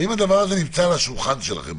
האם הדבר הזה נמצא בכלל על השולחן שלכם?